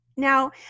Now